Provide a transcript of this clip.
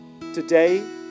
today